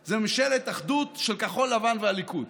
זאת ממשלת אחדות של כחול לבן והליכוד,